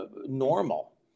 normal